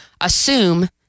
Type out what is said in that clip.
assume